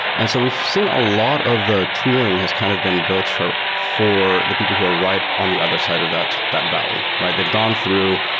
and so we've seen a lot of the tooling has kind of been built for for the people who are right on the other side of that that valley. they've gone through.